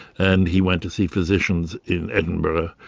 and he went to see physicians in edinburgh,